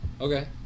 Okay